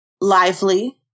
lively